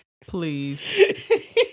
Please